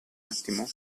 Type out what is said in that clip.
attimo